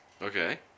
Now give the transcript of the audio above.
okay